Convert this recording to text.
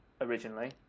originally